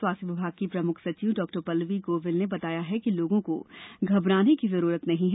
स्वास्थ्य विभाग की प्रमुख सचिव डॉ पल्लवी गोविल ने बताया है कि लोगों को घबराने की जरूरत नहीं है